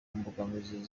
mbogamizi